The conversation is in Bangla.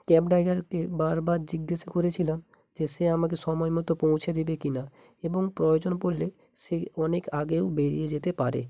ক্যাব ড্রাইভারকে বারবার জিজ্ঞেস করেছিলাম যে সে আমাকে সময়মতো পৌঁছে দেবে কিনা এবং প্রয়োজন পড়লে সে অনেক আগেও বেরিয়ে যেতে পারে